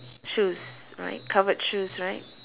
shoes right covered shoes right